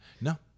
no